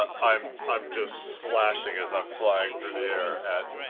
i'm i'm just slashing as i'm flying through the air.